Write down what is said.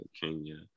Kenya